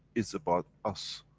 is about us,